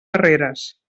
barreres